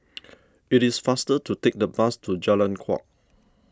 it is faster to take the bus to Jalan Kuak